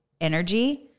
Energy